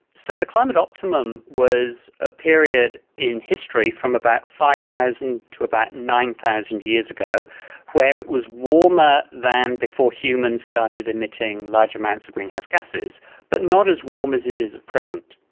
so the climate optimum was a period in history from about five thousand to about nine thousand years ago where it was warmer than before humans started emitting large amounts of greenhouse gases but not as warm as it is at present.